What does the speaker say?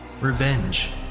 revenge